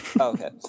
Okay